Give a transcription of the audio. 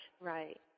right